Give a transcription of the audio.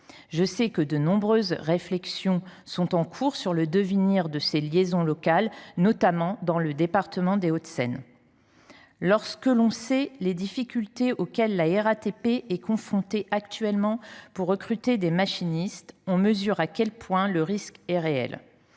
à la RATP. De nombreuses réflexions sont d’ailleurs en cours sur le devenir de ces liaisons locales, je le sais, notamment dans le département des Hauts de Seine. Lorsque l’on connaît les difficultés auxquelles la RATP est confrontée actuellement pour recruter des machinistes, on mesure à quel point le risque est réel.